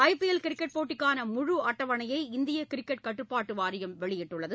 ஐ P L cricket போட்டிக்கான முழு அட்டவணையை இந்திய கிரிக்கெட் கட்டப்பாட்டு வாரியம் வெளியிட்டுள்ளது